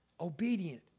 Obedient